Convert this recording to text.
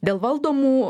dėl valdomų